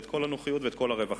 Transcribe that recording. כל הרווחה.